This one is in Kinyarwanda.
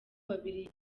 babiri